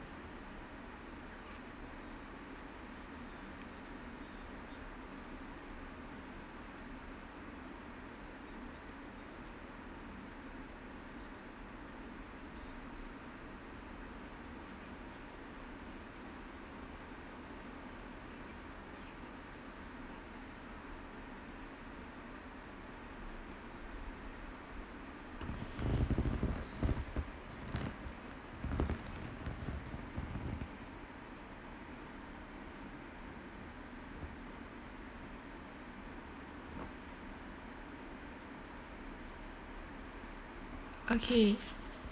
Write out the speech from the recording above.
okay